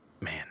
Man